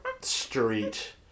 street